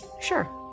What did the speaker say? sure